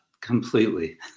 completely